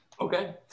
okay